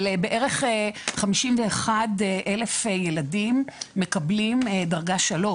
בערך 51,000 ילדים מקבלים דרגה 3,